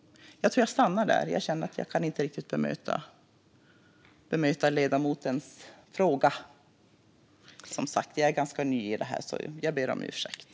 Jag stannar där. Jag känner att jag inte riktigt kan bemöta ledamotens fråga. Jag är som sagt ganska ny här. Jag ber om ursäkt.